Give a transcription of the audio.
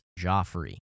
Joffrey